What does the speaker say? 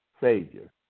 Savior